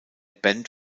band